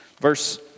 verse